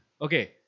Okay